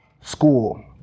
school